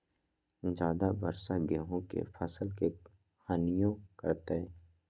ज्यादा वर्षा गेंहू के फसल के हानियों करतै?